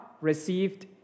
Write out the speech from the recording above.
received